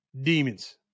demons